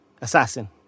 Assassin